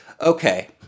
okay